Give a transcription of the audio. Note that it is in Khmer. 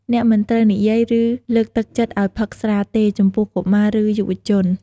អ្នកមិនត្រូវនិយាយ ឬលើកទឹកចិត្តឲ្យផឹកស្រាទេចំពោះ កុមារ ឬយុវជន។